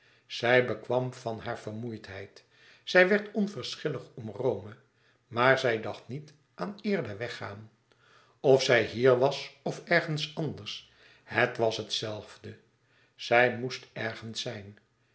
zij bekwam van hare vermoeidheid zij werd onverschillig om rome maar zij dacht niet aan eerder weggaan of zij hier was of ergens anders het was het zelfde zij moest ergens zijn